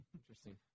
Interesting